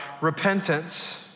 repentance